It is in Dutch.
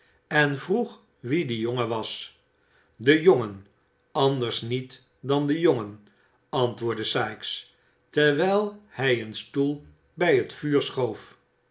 en vroeg wie die jongen was de jongen anders niet dan de jongen antwoordde sikes terwijl hij een stoel bij het vuur schoof